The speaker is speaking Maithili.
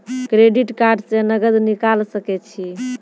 क्रेडिट कार्ड से नगद निकाल सके छी?